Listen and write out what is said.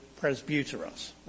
presbyteros